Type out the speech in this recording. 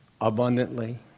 abundantly